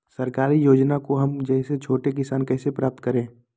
सरकारी योजना को हम जैसे छोटे किसान कैसे प्राप्त करें?